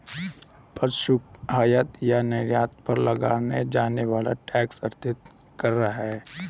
प्रशुल्क, आयात या निर्यात पर लगाया जाने वाला टैक्स अर्थात कर है